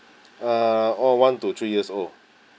uh all one to three years old